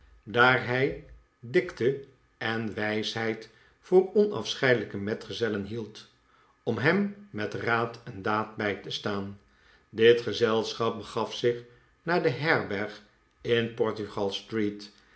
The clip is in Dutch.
daar hij dikte en wijsheid voor onafseheidelijke metgezellen hield om hem met raad en daad bij te staan dit gezelschap begaf zich naar de herberg in